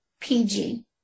PG